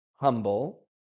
humble